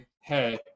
Hey